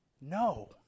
No